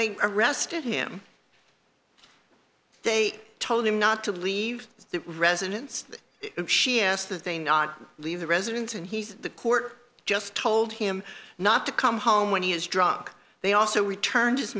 they arrested him they told him not to leave the residence leave the residence and he's the court just told him not to come home when he was drunk they also return